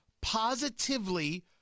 positively